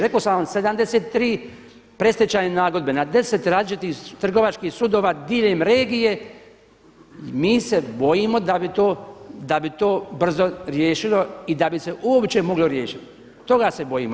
Rekao sam vam 73 predstečajne nagodbe na 10 različitih trgovačkih sudova diljem regije, mi se bojimo da bi to brzo riješilo i da bi se uopće moglo riješiti, toga se bojimo.